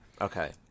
Okay